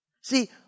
See